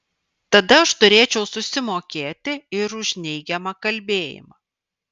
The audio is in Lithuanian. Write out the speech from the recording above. tada aš turėčiau susimokėti ir už neigiamą kalbėjimą